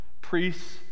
Priests